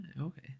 Okay